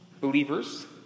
Believers